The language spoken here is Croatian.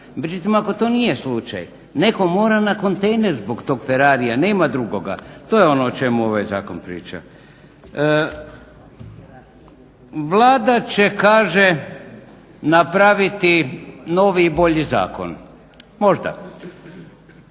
Međutim, ako to nije slučaj neko mora na kontejner zbog tog ferrarija, nema drugoga, to je ono o čemu ovaj zakon priča. Vlada će kaže napraviti novi i bolji zakon, možda.